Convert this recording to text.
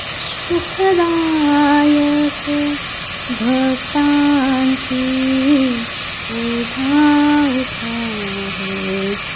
सुखदायक भक्ताांसी उठा उठा हो